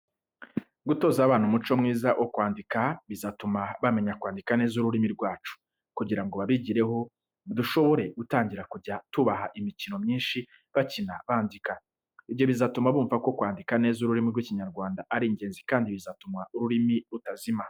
Gutoza abana umuco mwiza wo kwandika, bizatuma bamenya kwandika neza ururimi rwacu. Kugira ngo babigireho dushobora gutangira kujya tubaha imikino myinshi bakina bandika. Ibyo bizatuma bumva ko kwandika neza ururimi rw'ikinyarwanda ari ingenzi kandi bizatuma ururimi rutazima.